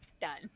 done